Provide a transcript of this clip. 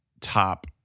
top